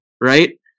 right